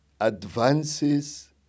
advances